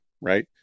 right